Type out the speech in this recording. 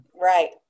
Right